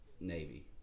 Navy